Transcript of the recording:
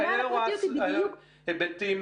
אז את לא רואה בהיבטים